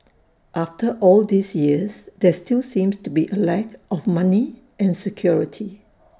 after all these years there still seems to be A lack of money and security